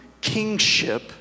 kingship